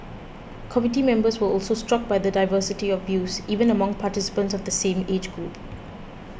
committee members were also struck by the diversity of views even among participants of the same age group